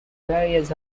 various